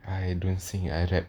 I don't sing I rap